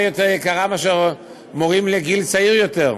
יותר יקרה מאשר מורים לגיל צעיר יותר.